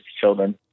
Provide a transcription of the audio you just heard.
children